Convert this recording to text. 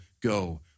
go